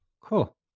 Cool